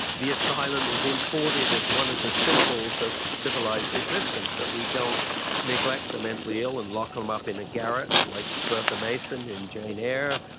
the asylum is imported as one of the symbols of civilised civilised existence, that we don't neglect the mentally ill and lock them up in a garret like bertha mason in jane eyre,